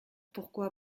pourquoi